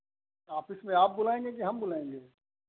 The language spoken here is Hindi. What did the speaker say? आफिस में आप बुलाएँगे कि हम बुलाएँगे